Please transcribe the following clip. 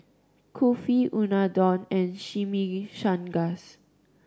Kulfi Unadon and Chimichangas